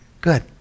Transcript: good